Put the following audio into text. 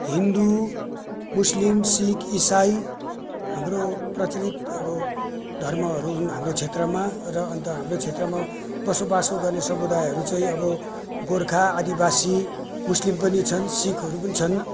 Hindu Muslim Sikh इसाई हाम्रो प्रचलित अब धर्महरू हुन् हाम्रो क्षेत्रमा र अन्त हाम्रो क्षेत्रमा बसोबासो गर्ने समुदायहरू चाहिँ अब गोर्खा आदिवासी मुस्लिम पनि छन् सिखहरू पनि छन्